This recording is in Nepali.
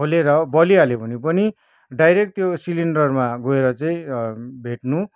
खोलेर बलिहाल्यो भने पनि डाइरेक्ट त्यो सिलिन्डरमा गएर चाहिँ भेट्नु